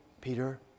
Peter